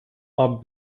haben